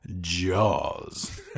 jaws